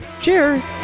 Cheers